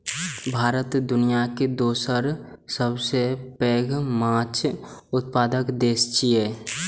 भारत दुनियाक दोसर सबसं पैघ माछ उत्पादक देश छियै